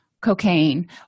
cocaine